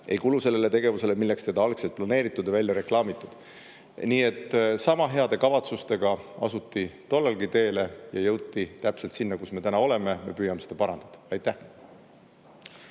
ei kulu sellele tegevusele, milleks teda algselt planeeritud ja välja reklaamitud." Nii et sama heade kavatsustega asuti tollalgi teele ja jõuti täpselt sinna, kus me täna oleme. Me püüame seda parandada. Aitäh!